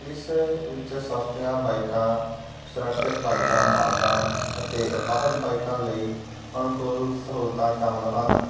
ਇਸ ਵਿੱਚ ਸਸਤੀਆਂ ਬਾਈਕਾਂ ਸੁਰੱਖਿਅਤ ਬਾਈਕਾਂ ਮਾਰਗਾਂ ਅਤੇ ਅਪਾਹਿਜ ਬਾਈਕਾਂ ਲਈ ਅਨਕੂਲ ਸਹੂਲਤਾਂ ਸ਼ਾਮਿਲ ਹਨ